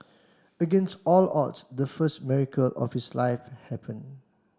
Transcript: against all odds the first miracle of his life happened